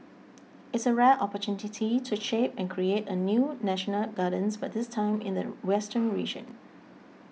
it's a rare opportunity to shape and create a new national gardens but this time in the western region